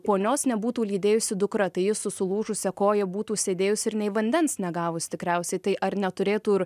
ponios nebūtų lydėjusi dukra tai ji su sulūžusia koja būtų sėdėjus ir nei vandens negavus tikriausiai tai ar neturėtų ir